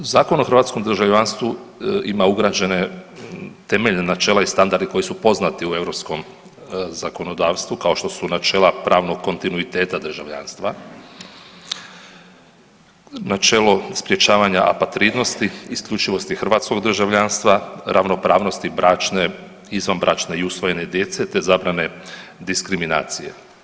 Zakon o hrvatskom državljanstvu ima ugrađene temeljna načela i standardi koji su poznati u europskom zakonodavstvu kao što su načela pravnog kontinuitet državljanstva, načelo sprječavanja apatridnosti, isključivosti hrvatskog državljanstva, ravnopravnosti bračne, izvanbračne i usvojene djece, te zabrane diskriminacije.